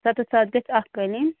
سَتَتھ ساس گژھِ اَکھ قٲلیٖن